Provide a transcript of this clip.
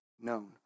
known